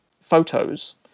photos